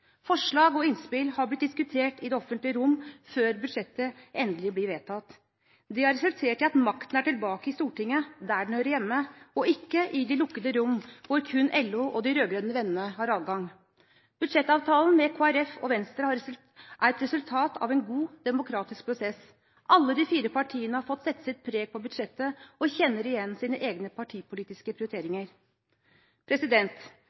Forslag og innspill har blitt diskutert i det offentlige rom før budsjettet endelig blir vedtatt. Det har resultert i at makten er tilbake i Stortinget, der den hører hjemme, og ikke i de lukkede rom, hvor kun LO og de rød-grønne vennene har adgang. Budsjettavtalen med Kristelig Folkeparti og Venstre er et resultat av en god demokratisk prosess. Alle de fire partiene har fått sette sitt preg på budsjettet og kjenner igjen sine egne partipolitiske